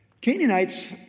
Canaanites